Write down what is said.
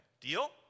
Deal